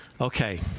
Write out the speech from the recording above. okay